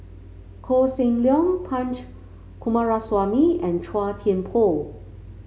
Koh Seng Leong Punch Coomaraswamy and Chua Thian Poh